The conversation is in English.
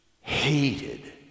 hated